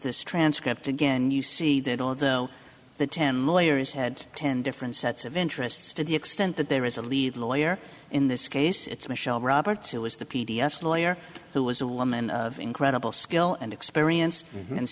this transcript again you see that although the ten layers had ten different sets of interests to the extent that there is a lead lawyer in this case it's michelle roberts who is the p d s lawyer who was a woman incredible skill and experience and